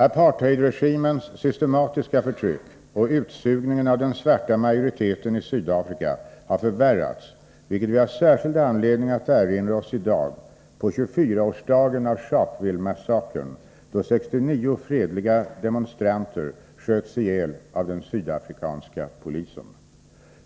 Apartheidregimens systematiska förtryck och utsugningen av den svarta majoriteten i Sydafrika har förvärrats, vilket vi har särskild anledning att erinra oss i dag på 24-årsdagen av Sharpville-massakern, då 69 fredliga demonstranter sköts ihjäl av den sydafrikanska polisen.